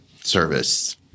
service